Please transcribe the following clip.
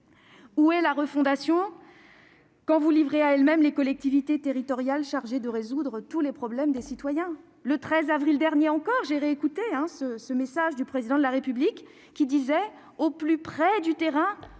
Où est la refondation quand vous livrez à elles-mêmes les collectivités territoriales chargées de résoudre tous les problèmes des citoyens ? Le 13 avril dernier encore, le Président de la République disait aussi :« Au plus près du terrain,